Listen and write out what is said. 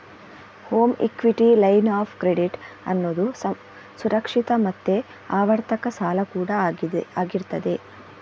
home equity line of credit ಅನ್ನುದು ಸುರಕ್ಷಿತ ಮತ್ತೆ ಆವರ್ತಕ ಸಾಲ ಕೂಡಾ ಆಗಿರ್ತದೆ